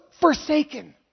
forsaken